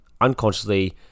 unconsciously